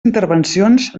intervencions